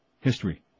History